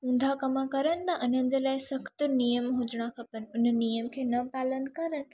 ऊंधा कम कनि न इन्हनि जे लाइ सख़्तु नियम हुजणु खपनि उन नियम खे न पालन करणु